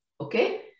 okay